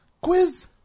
Quiz